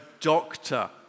doctor